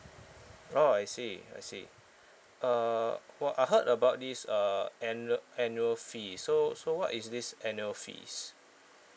oh I see I see uh wh~ I heard about this uh annu~ annual fee so so what is this annual fees